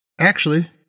Actually